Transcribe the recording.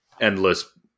endless